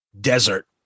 Desert